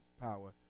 Power